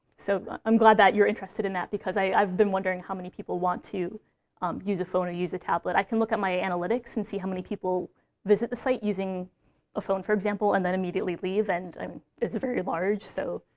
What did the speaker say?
so i'm glad that you're interested in that, because i've been wondering how many people want to um use a phone or use a tablet. i can look at my analytics and see how many people visit the site using a phone, for example, and then immediately leave, and is it very large? so.